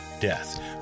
death